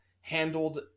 handled